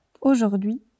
Aujourd'hui